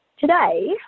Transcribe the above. Today